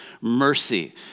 mercy